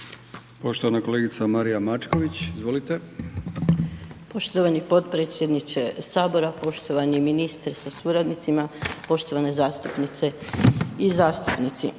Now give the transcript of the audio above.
Poštovana kolegica Marija Mačković. Izvolite. **Mačković, Marija (HDZ)** Poštovani potpredsjedniče Sabora, poštovani ministre sa suradnicima, poštovane zastupnice i zastupnici.